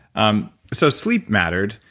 um so, sleep mattered,